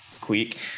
quick